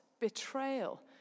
betrayal